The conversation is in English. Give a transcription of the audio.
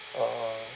uh